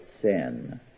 sin